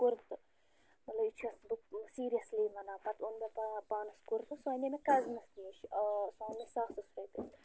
کُرتہٕ مطلب یہِ چھَس بہٕ سیٖریَسلی وَنان پَتہٕ اوٚن مےٚ پا پانَس کُرتہٕ سُہ اَنے مےٚ کَزنَس نِش آ سُہ اوٚن مےٚ ساسَس رۄپیَس